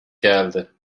geldi